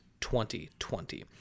2020